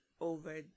over